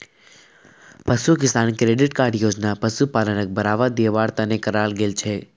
पशु किसान credit card योजना पशुपालनक बढ़ावा दिवार तने कराल गेल छे